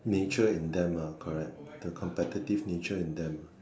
nature in them ah correct the competitive nature in them